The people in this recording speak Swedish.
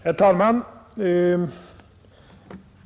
Herr talman!